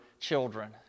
children